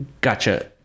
gotcha